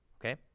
okay